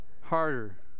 Harder